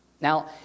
Now